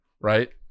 Right